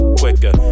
quicker